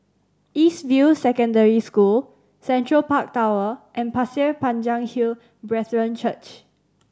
East View Secondary School Central Park Tower and Pasir Panjang Hill Brethren Church